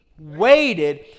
waited